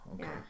Okay